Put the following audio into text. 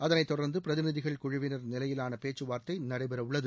அதைத் தொடர்ந்து பிரதிநிதிகள் குழுவினர் நிலையிலான பேச்சுவார்த்தை நடைபெறவுள்ளது